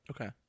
Okay